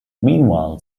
meanwhile